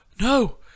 no